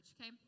okay